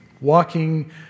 walking